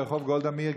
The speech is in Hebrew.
ברחוב גולדה מאיר,